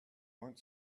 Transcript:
want